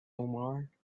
omar